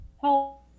help